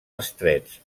estrets